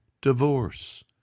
divorce